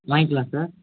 வாங்கிக்கலாம் சார்